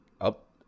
up